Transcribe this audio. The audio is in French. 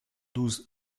douze